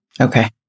Okay